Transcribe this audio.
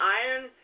iron